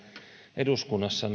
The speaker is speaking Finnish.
eduskunnassa